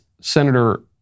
Senator